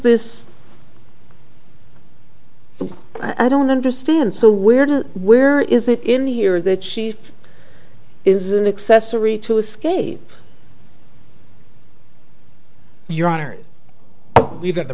this i don't understand so weird where is it in the year that she is an accessory to escape your honor we've got the